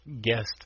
guest